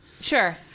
Sure